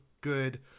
good